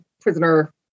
prisoner